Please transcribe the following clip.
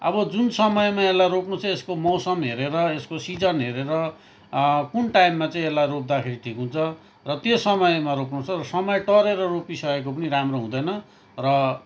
अब जुन समयमा यसलाई रोप्नु छ यसको मौसम हेरेर यसको सिजन हेरेर कुन टाइममा चाहिँ रोप्दाखेरि ठिक हुन्छ र त्यो समयमा रोप्नु पर्छ र समय टरेर रोपिसकेको पनि राम्रो हुँदैन र